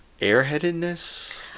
airheadedness